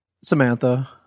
Samantha